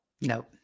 No